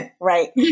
right